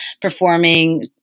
performing